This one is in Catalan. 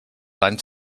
anys